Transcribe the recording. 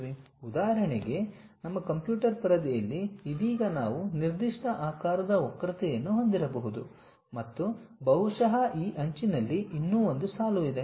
ಉದಾಹರಣೆಗೆ ನಮ್ಮ ಕಂಪ್ಯೂಟರ್ ಪರದೆಯಲ್ಲಿ ಇದೀಗ ನಾವು ನಿರ್ದಿಷ್ಟ ಆಕಾರದ ವಕ್ರತೆಯನ್ನು ಹೊಂದಿರಬಹುದು ಮತ್ತು ಬಹುಶಃ ಈ ಅಂಚಿನಲ್ಲಿ ಇನ್ನೂ ಒಂದು ಸಾಲು ಇದೆ